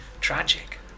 tragic